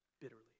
bitterly